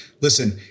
listen